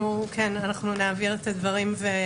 אנחנו נעביר את הדברים.